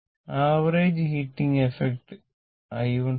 average heating effect i12 i22